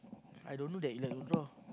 I don't know that you like to draw